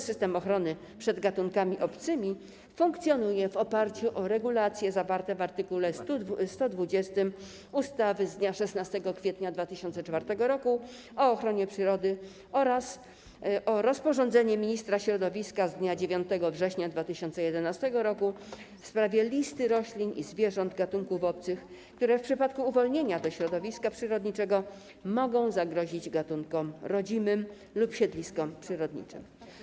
W Polsce dotychczasowy system ochrony przed gatunkami obcymi funkcjonuje w oparciu o regulacje zawarte w art. 120 ustawy z dnia 16 kwietnia 2004 r. o ochronie przyrody oraz rozporządzenie ministra środowiska z dnia 9 września 2011 r. w sprawie listy roślin i zwierząt gatunków obcych, które w przypadku uwolnienia do środowiska przyrodniczego mogą zagrozić gatunkom rodzimym lub siedliskom przyrodniczym.